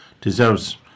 deserves